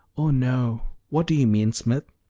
oh no what do you mean, smith?